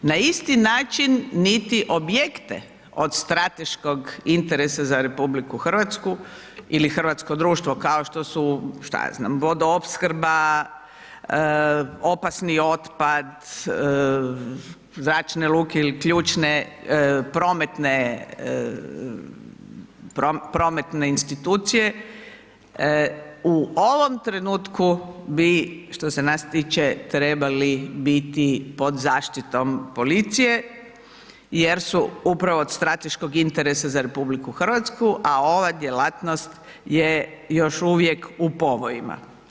Na isti način niti objekte od strateškog interesa za RH ili hrvatsko društvo kao što su, šta ja znam, vodoopskrba, opasni otpad, zračne luke ili ključne prometne institucije u ovom trenutku bi što se nas tiče trebali biti pod zaštitom policije jer su upravo od strateškog interesa za RH, a ova djelatnost je još uvijek u povojima.